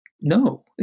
no